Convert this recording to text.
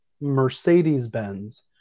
Mercedes-Benz